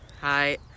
Hi